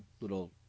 little